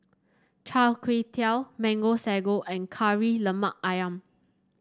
Chai Tow Kuay Mango Sago and Kari Lemak ayam